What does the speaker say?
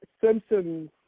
Simpsons